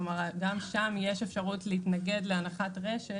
כלומר, גם שם יש אפשרות להתנגד להנחת רשת.